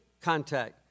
contact